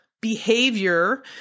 behavior